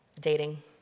dating